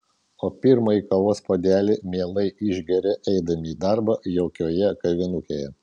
o pirmąjį kavos puodelį mielai išgeria eidami į darbą jaukioje kavinukėje